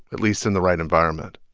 at least in the right environment.